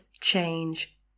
change